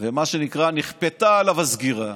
שמה שנקרא נכפתה עליו הסגירה,